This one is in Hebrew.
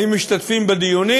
האם הם משתתפים בדיונים.